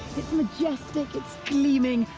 majestic. it's gleaming.